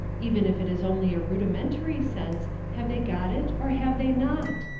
even if it is only a rudimentary sense, have they got it or have they not?